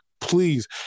Please